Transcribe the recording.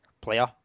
player